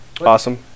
Awesome